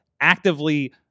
actively